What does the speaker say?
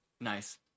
nice